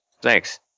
Thanks